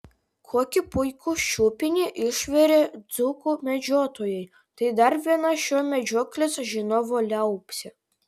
kokį puikų šiupinį išvirė dzūkų medžiotojai tai dar viena šio medžioklės žinovo liaupsė